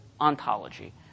ontology